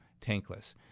tankless